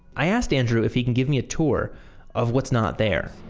i asked andrew, if he can give me a tour of what's not there